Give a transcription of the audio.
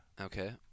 Okay